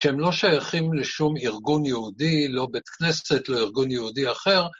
‫שהם לא שייכים לשום ארגון יהודי, ‫לא בית כנסת, לא ארגון יהודי אחר.